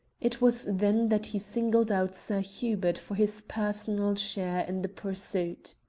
it was then that he singled out sir hubert for his personal share in the pursuit.